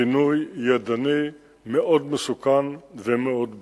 פינוי ידני מאוד מסוכן ומאוד בעייתי.